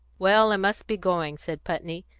well, i must be going, said putney.